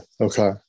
Okay